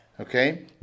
Okay